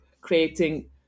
creating